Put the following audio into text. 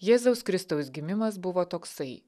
jėzaus kristaus gimimas buvo toksai